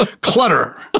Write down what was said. Clutter